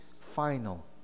final